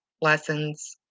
lessons